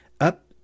up